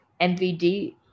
MVD